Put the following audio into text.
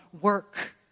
work